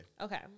Okay